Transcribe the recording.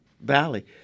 Valley